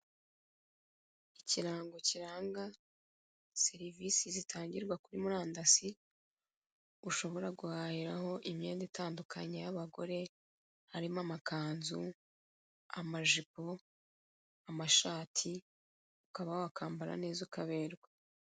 Ikirango kiranga serivisi zitangirwa kuri murandasi, ushobora guhahiraho imyenda itandukanye y'abagore, harimo amakanzu, amajipo, amashati, ukaba wakwambara neza ukaberwa.